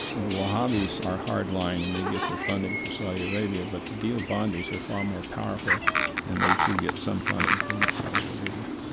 the wahhabis are hard line and they get their funding from saudi arabia, but the deobandis are far more powerful and they, too, get some funding from saudi arabia.